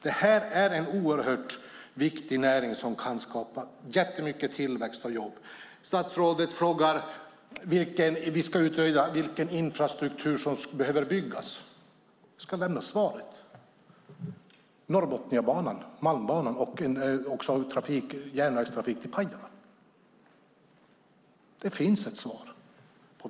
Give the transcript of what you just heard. Det här är en oerhört viktig näring som kan skapa mycket tillväxt och jobb. Statsrådet vill att vi ska utröna vilken infrastruktur som behöver byggas. Låt mig svara: Norrbotniabanan, Malmbanan och järnvägstrafik till Pajala. Det finns ett svar.